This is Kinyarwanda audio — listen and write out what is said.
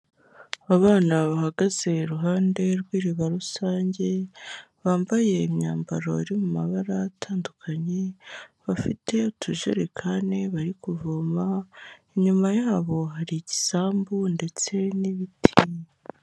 Abana bahagaze iruhande rw'iriba rusange bambaye imyambaro iri mu mabara atandukanye bafite utujerekani bari kuvoma inyuma y'abo hari igisambu ndetse n'ibiti.